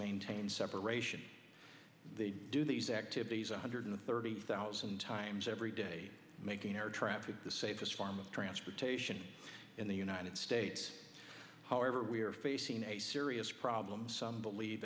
maintain separation they do these activities one hundred thirty thousand times every day making air traffic the safest form of transportation in the united states however we are facing a serious problem some believe